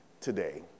today